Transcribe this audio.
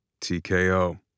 TKO